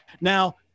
now